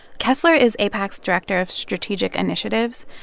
kessler is aipac's director of strategic initiatives.